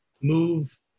move